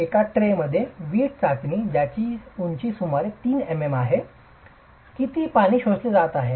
एका ट्रेमध्ये वीट ज्याची उंची सुमारे 3 mm आहे किती पाणी शोषले जात आहे